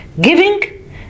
giving